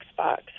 Xbox